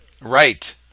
Right